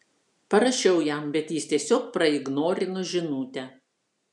parašiau jam bet jis tiesiog praignorino žinutę